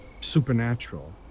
supernatural